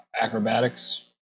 acrobatics